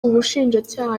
ubushinjacyaha